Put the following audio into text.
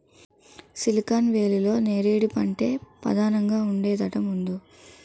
silicon వేలీలో నేరేడు పంటే పదానంగా ఉండేదట ముందు